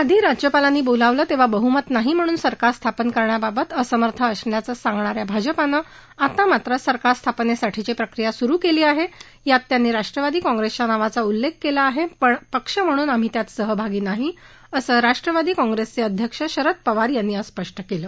आधी राज्यपालांनी बोलावलं तेव्हा बहमत नाही म्हणून सरकार स्थापन करण्याबाबत असमर्थ असल्याचं सांगणाऱ्या भाजपानं आता मात्र सरकार स्थापनेसाठीची प्रक्रिया सुरु केली आहे यात त्यांनी राष्ट्रवादी काँग्रेसच्या नावाचा उल्लेख केलेला आहे पण पक्ष म्हणून आम्ही त्यात सहभागी नाही असं राष्ट्रवादी काँग्रेसचे अध्यक्ष शरद पवार यांनी आज स्पष् केलं